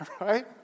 right